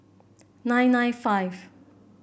nine nine five